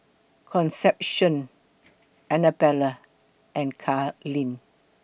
Concepcion Anabella and Carleen